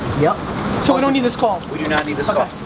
yeah so we don't need this call? we do not need this call.